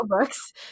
books